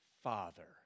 Father